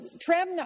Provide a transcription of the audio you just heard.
Trem